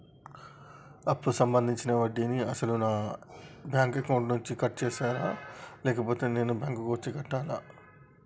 అప్పు సంబంధించిన వడ్డీని అసలు నా బ్యాంక్ అకౌంట్ నుంచి కట్ చేస్తారా లేకపోతే నేను బ్యాంకు వచ్చి కట్టాలా?